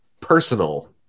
personal